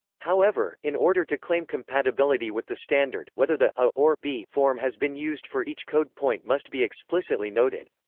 however, in order to claim compatibility with the standard, whether the a or b form has been used for each code point must be explicitly noted.